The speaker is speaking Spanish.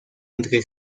entre